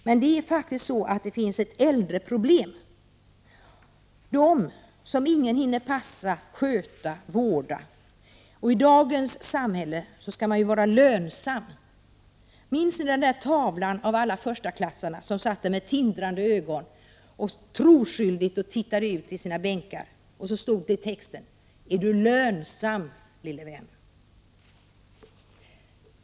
Men det finns ett äldreproblem också. De som ingen hinner passa, sköta, vårda. I dagens samhälle skall man vara lönsam. Minns den där tavlan av alla förstaklassare som satt med tindrande ögon och troskyldigt tittade ut över sina bänkar, och så stod det i texten: Är du lönsam lille vän?